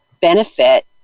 benefit